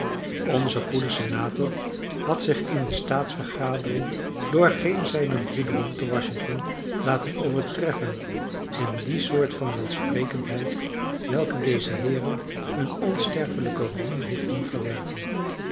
onze goede senator had zich in de staatsvergadering door geen zijner broederen te washington laten overtreffen in die soort van welsprekendheid welke deze heeren een onsterfelijken roem heeft doen verwerven